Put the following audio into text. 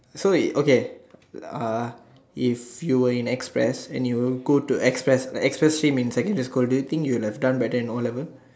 so you okay uh if you were in express and you go to express express stream in secondary school do you think you would have done better in o-level